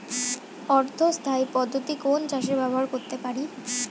অর্ধ স্থায়ী পদ্ধতি কোন চাষে ব্যবহার করতে পারি?